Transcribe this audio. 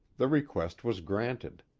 the request was granted.